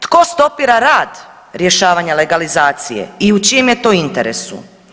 Tko stopira rad rješavanja legalizacije i u čijem je to interesu?